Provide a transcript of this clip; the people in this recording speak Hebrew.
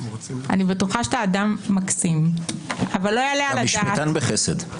אני בטוחה שאתה אדם מקסים --- משפטן בחסד.